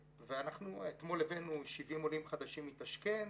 אתמול הבאנו 70 עולים חדשים מטשקנט.